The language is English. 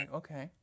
okay